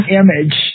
image